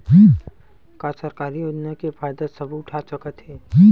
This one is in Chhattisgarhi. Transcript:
का सरकारी योजना के फ़ायदा सबो उठा सकथे?